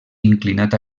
inclinat